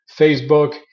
Facebook